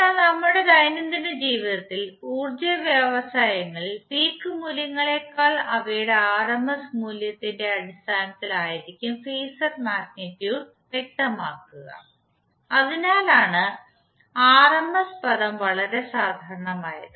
എന്നാൽ നമ്മുടെ ദൈനംദിന ജീവിതത്തിൽ ഊർജ്ജ വ്യവസായങ്ങളിൽ പീക്ക് മൂല്യങ്ങളേക്കാൾ അവയുടെ ആർഎംഎസ് മൂല്യത്തിന്റെ അടിസ്ഥാനത്തിൽ ആയിരിക്കും ഫേസർ മാഗ്നിറ്റ്യൂഡ് വ്യക്തമാക്കുക അതിനാലാണ് ആർഎംഎസ് പദം വളരെ സാധാരണമായത്